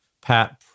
Pat